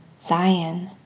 Zion